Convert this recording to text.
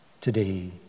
today